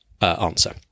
answer